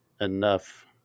enough